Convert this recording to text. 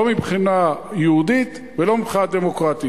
לא מבחינה יהודית ולא מבחינה דמוקרטית.